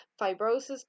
fibrosis